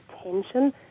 attention